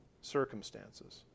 circumstances